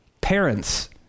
parents